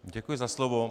Děkuji za slovo.